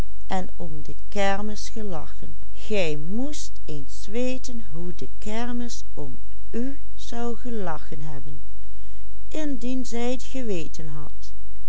indien zij t geweten had